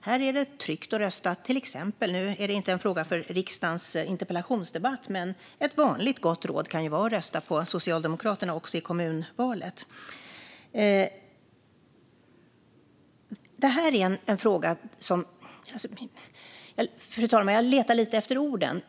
Nu är detta inte en fråga för riksdagens interpellationsdebatt, men ett vanligt gott råd kan vara att rösta på Socialdemokraterna också i kommunalvalet. Fru talman! Jag letar lite efter orden.